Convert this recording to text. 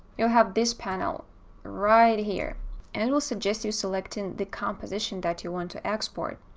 you'll have this panel right here and it will suggest you selecting the composition that you want to export.